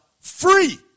free